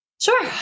Sure